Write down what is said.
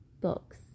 books